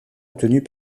obtenues